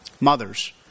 Mothers